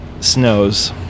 Snows